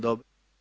Dobro.